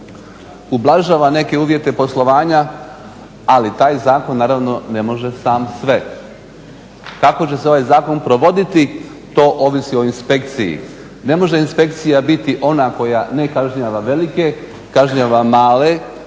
ublažava neke uvjete poslovanja, ali taj zakon naravno ne može sam sve. Kako će se ovaj zakon provoditi, to ovisi o inspekciji. Ne može inspekcija biti ona koja ne kažnjava velike, kažnjava male,